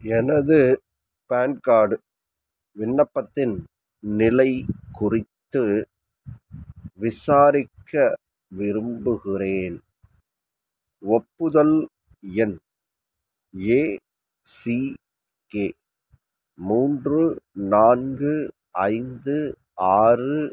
எனது PAN card விண்ணப்பத்தின் நிலைக் குறித்து விசாரிக்க விரும்புகிறேன் ஒப்புதல் எண் ஏசிகே மூன்று நான்கு ஐந்து ஆறு